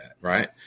right